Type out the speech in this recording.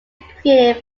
created